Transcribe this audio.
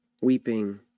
Weeping